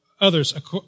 others